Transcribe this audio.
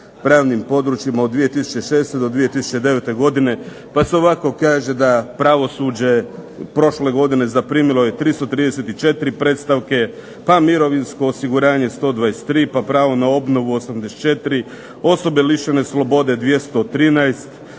pravnim područjima od 2006. do 2009. godine. Pa se ovako kaže, da je pravosuđe prošle godine zaprimilo je 334 predstavke, pa mirovinsko osiguranje 123, pa pravo na obnovu 84, osobe lišene slobode 213,